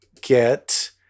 get